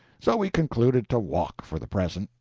so we concluded to walk, for the present,